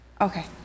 Okay